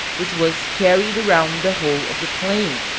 which was carried around the whole of the plain,